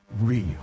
real